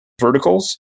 verticals